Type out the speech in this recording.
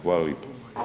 Hvala lijepo.